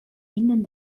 innern